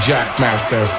Jackmaster